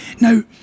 Now